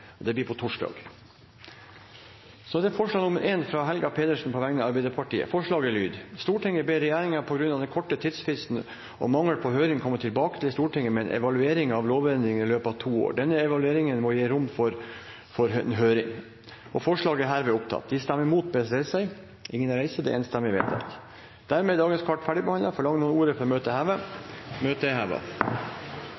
og mangelen på høring komme tilbake til Stortinget med en evaluering av lovendringene i løpet av to år. Denne evalueringen må gi rom for en høring.» Dermed er dagens kart ferdigbehandlet. Forlanger noen ordet før møtet heves? – Møtet er